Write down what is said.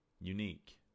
unique